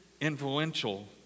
influential